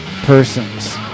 persons